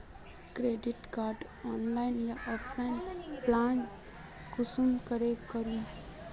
Credit कार्डेर online या offline apply कुंसम करे करूम?